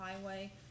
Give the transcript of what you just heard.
Highway